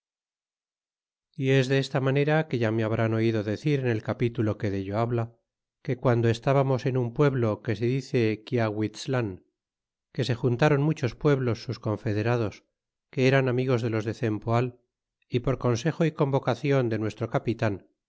y es desta manera que ya me habrán oido decir en el capitulo que dello habla que quelndo estábamos en un pueblo que se di ce quiahuiztlan que se juntaron muchos pueblos sus confederados que eran amigos de los de cempoal y por consejo y convocacion de nuestro capitan